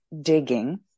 digging